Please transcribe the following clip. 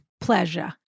pleasure